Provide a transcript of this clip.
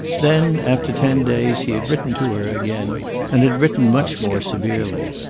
then, after ten days, he had written to her again and had written much more severely.